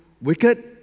wicked